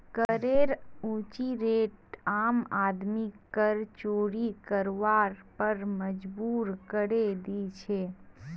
करेर ऊँची रेट आम आदमीक कर चोरी करवार पर मजबूर करे दी छे